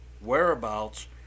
whereabouts